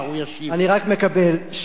אני רק מקבל שצריך